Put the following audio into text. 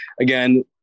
again